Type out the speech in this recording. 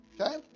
Okay